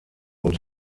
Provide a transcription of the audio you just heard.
und